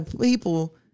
people